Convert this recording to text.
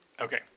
Okay